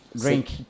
drink